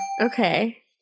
Okay